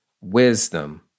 wisdom